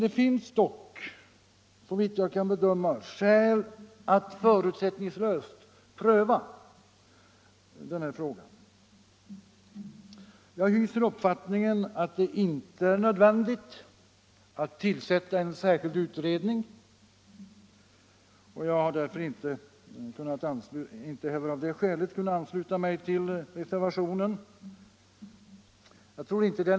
Det finns dock såvitt jag kan bedöma skäl att förutsättningslöst pröva denna fråga. Jag hyser den uppfattningen att det inte är nödvändigt att tillsätta en särskild utredning. Även det gör att jag inte kunnat ansluta mig till reservationen.